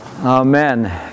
Amen